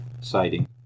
sighting